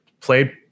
played